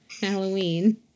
Halloween